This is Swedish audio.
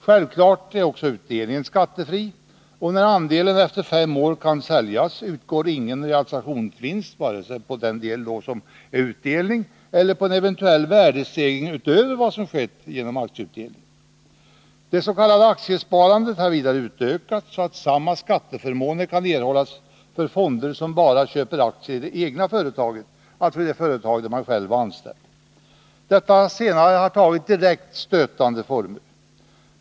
Självfallet är också utdelningen skattefri, och när andelen efter fem år kan säljas utgår ingen realisationsvinstskatt, vare sig på eventuell utdelning eller på värdestegring utöver vad som skett genom aktieutdelning. Det s.k. aktiesparandet har vidare utökats så att samma skatteförmåner kan erhållas för fonder som bara köper aktier i det egna företaget, alltså i det företag där man själv är anställd. Detta senare har tagit direkt stötande former.